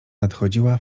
nadchodziła